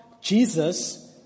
Jesus